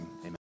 Amen